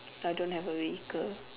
I don't have a vehicle